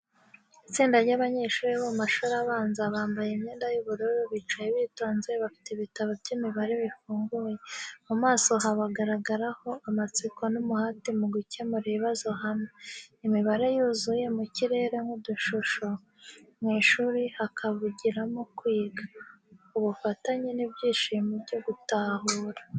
Itsinda ry’abanyeshuri bo mu mashuri abanza bambaye imyenda y’ubururu bicaye bitonze bafite ibitabo by'imibare bifunguye. Mu maso habagaragaraho amatsiko n’umuhate mu gukemura ibibazo hamwe. Imibare yuzuye mu kirere nk’udushusho, mu ishuri hakavugiramo kwiga, ubufatanye n’ibyishimo byo gutahura.